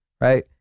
right